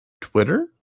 twitter